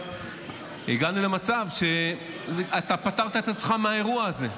הגענו למצב שאתה פטרת את עצמך מהאירוע הזה.